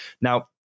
Now